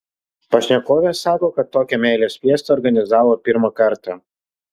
pašnekovė sako kad tokią meilės fiestą organizavo pirmą kartą